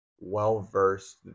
well-versed